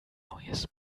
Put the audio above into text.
neues